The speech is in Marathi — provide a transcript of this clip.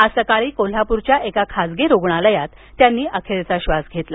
आज सकाळी कोल्हापूरच्या एका खासगी रुग्णालयात त्यांनी अखेरचा श्वास घेतला